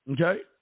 Okay